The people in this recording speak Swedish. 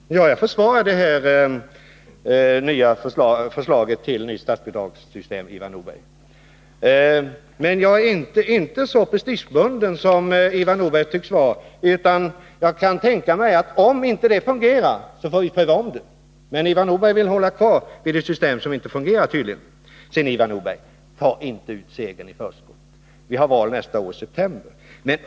Herr talman! Jag försvarade här detta nya förslag till nytt statsbidragssystem, Ivar Nordberg, men jag är inte så prestigebunden som Ivar Nordberg tycks vara, utan jag kan tänka mig att om inte detta system fungerar får vi tänka om. Men Ivar Nordberg vill tydligen hålla kvar det system som inte fungerar. Jag vill sedan säga till Ivar Nordberg: Ta inte ut segern i förskott! Vi har val nästa år i september.